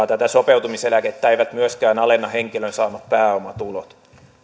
tätä sopeutumiseläkettä eivät myöskään alenna henkilön saamat pääomatulot